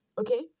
Okay